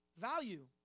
value